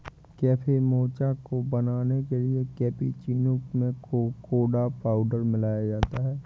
cafe mocha को बनाने के लिए कैप्युचीनो में कोकोडा पाउडर मिलाया जाता है